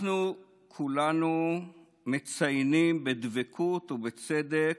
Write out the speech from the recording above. אנחנו, כולנו, מציינים בדבקות, ובצדק,